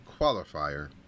qualifier